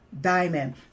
diamond